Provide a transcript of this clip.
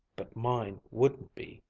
but mine wouldn't be.